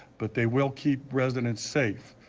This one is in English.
but they will keep residents safe.